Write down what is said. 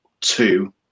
Two